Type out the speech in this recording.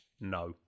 no